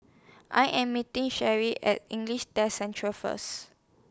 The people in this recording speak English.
I Am meeting Shellie At English Test Centre First